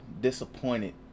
disappointed